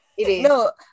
No